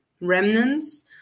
remnants